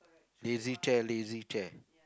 lazy chair lazy chair